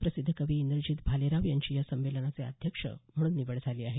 प्रसिद्ध कवी इंद्रजित भालेराव यांची या संमेलनाचे अध्यक्ष म्हणून निवड झाली आहे